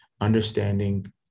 understanding